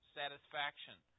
satisfaction